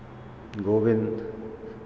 Govind